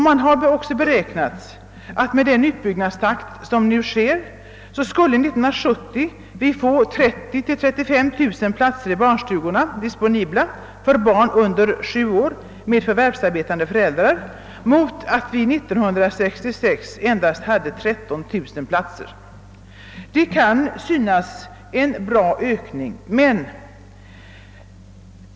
Man har också beräknat att med nuvarande utbyggnadstakt skulle vi 1970 få 30 000—35 000 platser i barnstugorna disponibla för barn under sju år med förvärvsarbetande föräldrar, mot att vi 1966 hade endast 13 000 platser. Det kan synas vara en bra ökning.